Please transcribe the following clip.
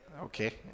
Okay